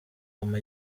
obama